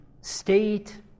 state